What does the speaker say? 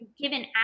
given